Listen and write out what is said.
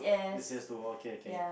A_C_S duo okay K